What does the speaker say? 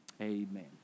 amen